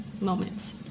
moments